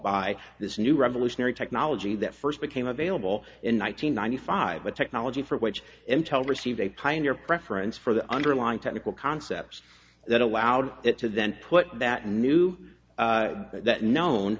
by this new revolutionary technology that first became available in one nine hundred ninety five a technology for which intel received a pioneer preference for the underlying technical concepts that allowed it to then put that new known